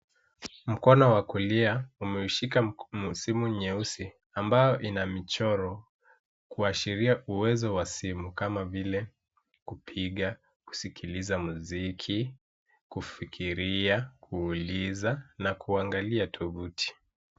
Mkono wa kulia umeshikilia simu nyeusi ambayo inamichoro kuashiria uwezo wa simu kama vile kupiga simu, kusikiliza muziki, kufikiri, kuuliza, na kuangalia tovuti.